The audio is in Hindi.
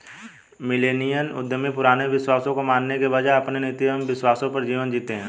मिलेनियल उद्यमी पुराने विश्वासों को मानने के बजाय अपने नीति एंव विश्वासों पर जीवन जीते हैं